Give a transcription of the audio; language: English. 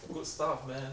good stuff man